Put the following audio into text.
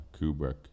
Kubrick